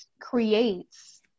creates